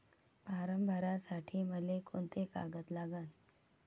Form भरासाठी मले कोंते कागद लागन?